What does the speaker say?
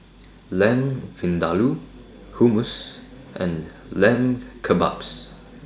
Lamb Vindaloo Hummus and Lamb Kebabs